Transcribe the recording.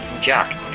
Jack